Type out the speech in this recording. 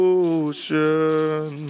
ocean